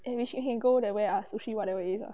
eh we she~ we can go that way ah sushi whatever it is